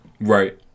Right